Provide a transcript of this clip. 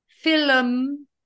film